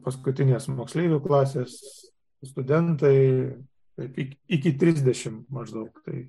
paskutinės moksleivių klasės studentai tik iki trisdešimt maždaug tai